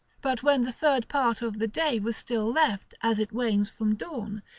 but when the third part of the day was still left as it wanes from dawn,